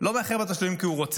הוא לא מאחר בתשלומים כי הוא רוצה.